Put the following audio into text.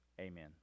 Amen